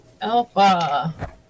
Alpha